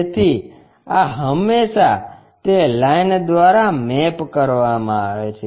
તેથી આ હંમેશા તે લાઈન દ્વારા મેપ કરવામાં આવે છે